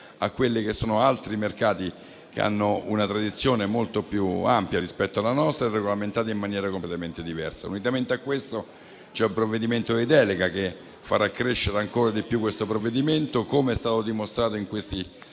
ad avvicinarla ad altri mercati che hanno una tradizione molto più vasta rispetto alla nostra e regolamentata in maniera completamente diversa. Unitamente a questo, c'è anche una delega al Governo che farà crescere ancora di più questo provvedimento. Com'è stato dimostrato in questi